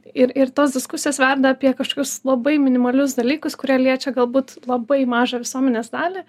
ir ir tos diskusijos verda apie kažkokius labai minimalius dalykus kurie liečia galbūt labai mažą visuomenės dalį